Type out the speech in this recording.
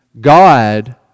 God